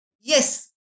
yes